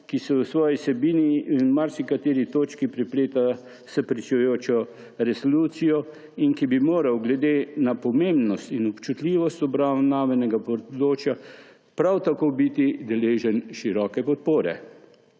ki se v svoji vsebini in marsikateri točki prepleta s pričujočo resolucijo in ki bi moral glede na pomembnost in občutljivost obravnavanega področja prav tako biti deležen široke podpore.